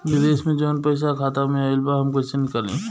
विदेश से जवन पैसा खाता में आईल बा हम कईसे निकाली?